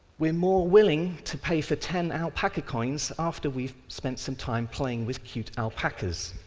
we're more willing to pay for ten alpacacoins after we've spent some time paying with cute alpacas,